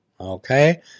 Okay